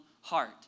heart